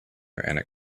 and